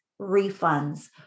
refunds